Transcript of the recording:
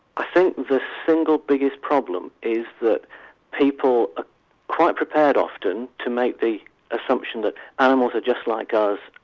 i think the single biggest problem is that people are quite prepared often to make the assumption that animals are just like us,